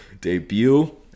debut